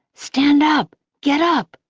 stand up, get up!